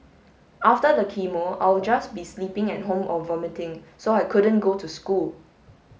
after the chemo I'll just be sleeping at home or vomiting so I couldn't go to school